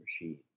machine